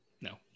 No